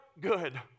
good